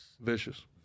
vicious